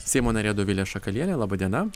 seimo narė dovilė šakalienė laba diena